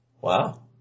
Wow